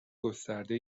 گسترده